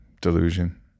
delusion